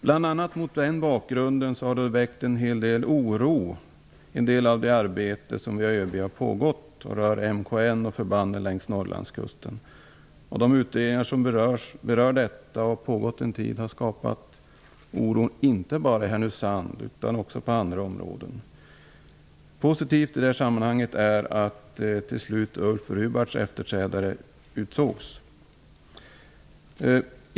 Bl.a. mot denna bakgrund har en del av det arbete som har pågått väckt en hel del oro hos MKN och förbanden längs Norrlandskusten. De utredningar som berör detta har pågått en tid och skapat oro inte bara i Härnösand utan också på andra håll. Positivt i detta sammanhang är att Ulf Ribbarts efterträdare till slut utsågs.